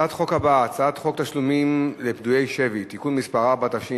לפיכך, הצעת חוק זו אושרה בקריאה ראשונה,